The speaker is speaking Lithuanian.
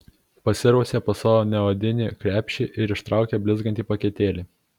pasirausė po savo neodinį krepšį ir ištraukė blizgantį paketėlį